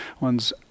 one's